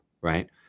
right